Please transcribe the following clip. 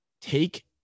take